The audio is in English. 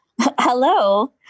Hello